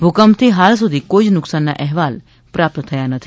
ભૂકંપથી હાલ સુધી કોઇ જ નુકશાનના અહેવાલ પ્રાપ્ત થયા નથી